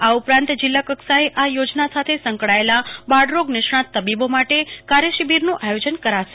આ ઉપરાંત જિલ્લા કક્ષાએ આ યોજના સાથે સંકળાયેલા બાળરોગ નિષ્ણાંત તબીબો માટે કાર્ય શિબિરનું આયોજન કરાશે